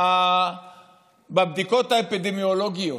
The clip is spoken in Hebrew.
בבדיקות האפידמיולוגיות,